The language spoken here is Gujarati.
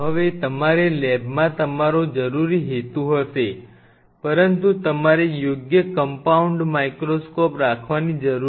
હવે તમારે લેબમાં તમારો જરૂરી હેતુ હશે પરંતુ તમારે યોગ્ય કંપાઉન્ડ માઇક્રોસ્કોપ રાખવાની જરૂર છે